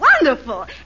wonderful